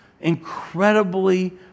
incredibly